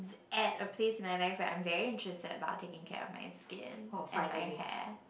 at a place in my life right I am very interested about taking care of my skin and my hair